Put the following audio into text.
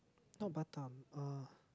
not Batam uh